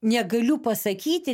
negaliu pasakyti